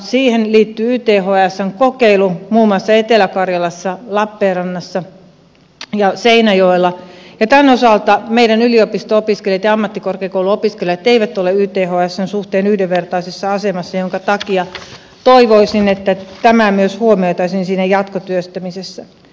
siihen liittyy ythsn kokeilu muun muassa etelä karjalassa lappeenrannassa ja seinäjoella ja tämän osalta meidän yliopisto opiskelijat ja ammattikorkeakouluopiskelijat eivät ole ythsn suhteen yhdenvertaisessa asemassa minkä takia toivoisin että tämä myös huomioitaisiin siinä jatkotyöstämisessä